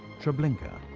treblinka,